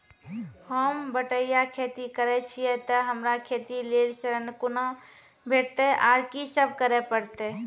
होम बटैया खेती करै छियै तऽ हमरा खेती लेल ऋण कुना भेंटते, आर कि सब करें परतै?